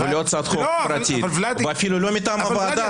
לא הצעת חוק פרטית ואפילו לא מטעם הוועדה.